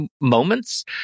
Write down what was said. moments